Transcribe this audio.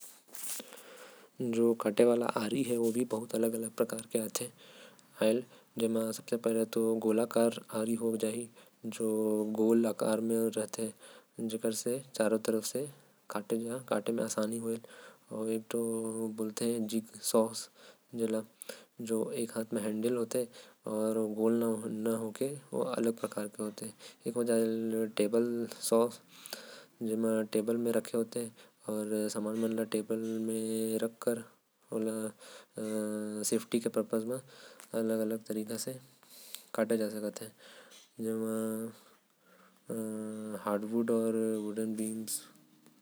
आरी के अगर बात करब तो एक गोलाकार आरी होथे। जेकर काम चारो तरफ से लकड़ी काटे बर होथे। एक जिगसाव आरी होथे। जो लंबा होथे अउ एक तरफ हैन्डल होथे। एक होथे टेबल सॉ जेकर मदद से लोग। मन लकड़ी काट क टेबल बनाथे।